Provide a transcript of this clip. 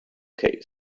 case